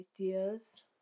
ideas